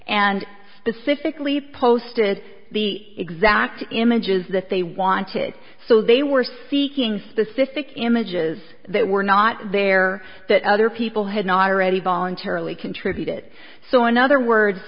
and specifically posted the exact images that they wanted so they were seeking specific images that were not there that other people had not eddie voluntarily contributed so in other words